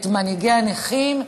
את מנהיגי הנכים,